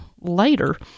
later